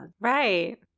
Right